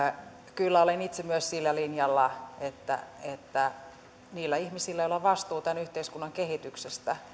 kyllä olen myös itse sillä linjalla että että niillä ihmisillä joilla on vastuu tämän yhteiskunnan kehityksestä